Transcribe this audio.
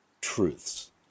truths